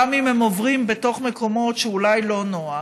גם אם הם עוברים בתוך מקומות שאולי לא נוח.